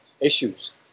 issues